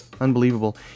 Unbelievable